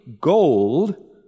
gold